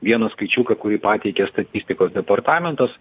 vieną skaičiuką kurį pateikia statistikos departamentas